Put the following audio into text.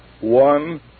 One